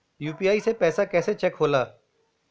UPI से पैसा कैसे चेक होला?